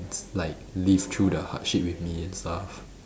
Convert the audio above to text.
like live through the hardship with me and stuff